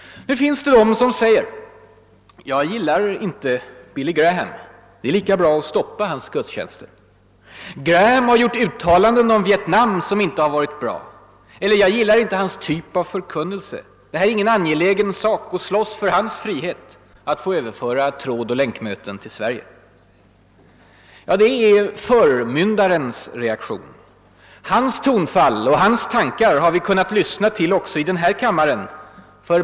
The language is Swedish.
Nu finns det de som säger: jag gillar inte Billy Graham, det är lika bra att stoppa hans gudstjänster. Graham har gjort uttalanden om Vietnam som inte har varit bra. Eller: jag gillar inte hans typ av förkunnelse. Det är ingen angelägen sak att slåss för hans frihet att få överföra trådoch länkmöten till Sverige. Det är förmyndarens reaktion. Hans tonfall och hans tankar har vi kunnat lyssna till också i den här kammaren.